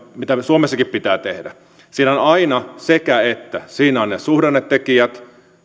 mitä suomessakin pitää tehdä siinä on aina sekä että siinä ovat ne suhdannetekijät